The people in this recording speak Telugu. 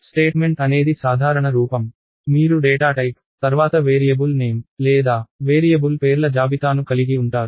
స్టేట్మెంట్ అనేది సాధారణ రూపం మీరు డేటా టైప్ తర్వాత వేరియబుల్ నేమ్ లేదా వేరియబుల్ పేర్ల జాబితాను కలిగి ఉంటారు